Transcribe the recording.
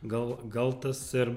gal gal tas ir